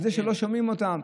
על זה שלא שומעים אותם.